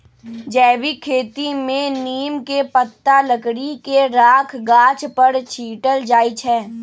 जैविक खेती में नीम के पत्ता, लकड़ी के राख गाछ पर छिट्ल जाइ छै